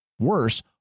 Worse